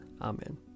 Amen